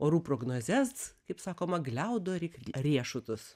orų prognozes kaip sakoma gliaudo lyg riešutus